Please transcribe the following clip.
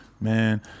man